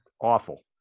awful